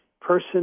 person